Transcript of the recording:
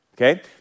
okay